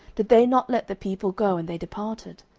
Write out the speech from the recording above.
did they not let the people go, and they departed?